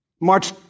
March